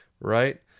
right